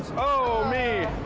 oh, me.